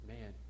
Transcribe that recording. Man